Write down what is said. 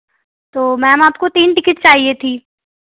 तो मैम आपको तीन टिकेट चाहिए थी